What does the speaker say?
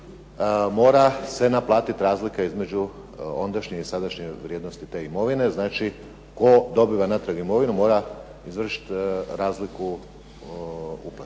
mora se naplatiti razlika između ondašnje i sadašnje vrijednosti te imovine. Znači, tko dobiva natrag imovinu mora izvršiti razliku uplate.